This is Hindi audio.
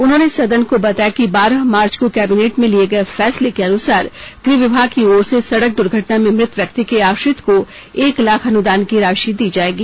उन्होंने सदन को बताया कि बारह मार्च को कैबिनेट में लिये गये फैसले के अनुसार गृह विभाग की ओर से सड़क दुर्घटना में मृत व्यक्ति के आश्रित को एक लाख अनुदान की राशि दी जाएगी